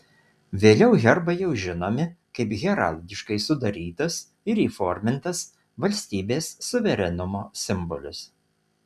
vėliau herbai jau žinomi kaip heraldiškai sudarytas ir įformintas valstybės suverenumo simbolis